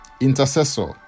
intercessor